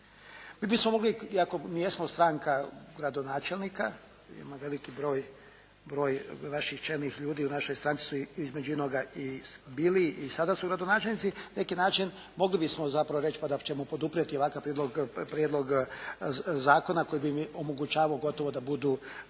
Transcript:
Mi bismo mogli iako jesmo stranka gradonačelnika, imamo veliki broj vaših čelnih ljudi u našoj stranci su između inoga i bili i sada su gradonačelnici. Na neki način mogli bismo zapravo reći da ćemo poduprijeti ovakav prijedlog zakona koji bi im omogućavao gotovo da budu